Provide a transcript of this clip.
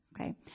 Okay